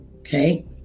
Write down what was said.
okay